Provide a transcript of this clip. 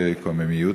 בקוממיות.